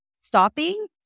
stopping